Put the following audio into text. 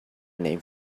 name